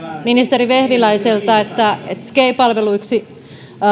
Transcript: ministeri vehviläiseltä että sgei palveluiksi